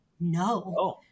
no